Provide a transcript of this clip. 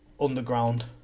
Underground